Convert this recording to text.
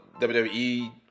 WWE